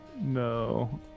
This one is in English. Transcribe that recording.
No